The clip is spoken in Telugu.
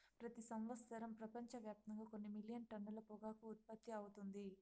ప్రతి సంవత్సరం ప్రపంచవ్యాప్తంగా కొన్ని మిలియన్ టన్నుల పొగాకు ఉత్పత్తి అవుతుంది